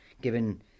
given